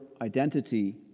identity